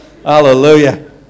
Hallelujah